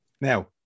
Now